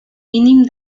mínim